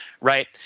right